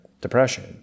depression